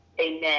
Amen